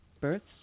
Births